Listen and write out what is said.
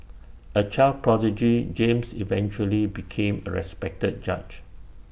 A child prodigy James eventually became A respected judge